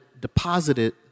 deposited